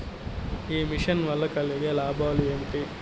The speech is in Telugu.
ఈ మిషన్ వల్ల కలిగే లాభాలు ఏమిటి?